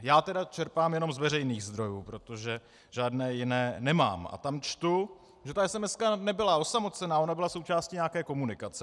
Já tedy čerpám jenom z veřejných zdrojů, protože žádné jiné nemám, a tam čtu, že ta esemeska nebyla osamocená, ona byla součástí nějaké komunikace.